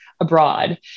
Abroad